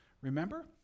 Remember